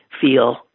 feel